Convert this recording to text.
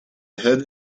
had